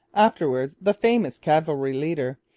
afterwards the famous cavalry leader,